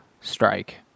strike